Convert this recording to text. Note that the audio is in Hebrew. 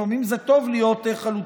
לפעמים זה טוב להיות חלוצים.